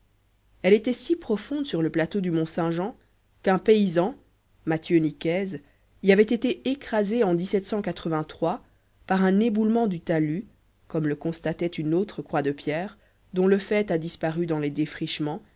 elle était si profonde sur le plateau du mont-saint-jean qu'un paysan mathieu nicaise y avait été écrasé en par un éboulement du talus comme le constatait une autre croix de pierre dont le faîte a disparu dans les défrichements